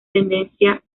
tendencia